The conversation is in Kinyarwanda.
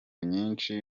nyinshi